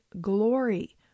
glory